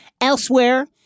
elsewhere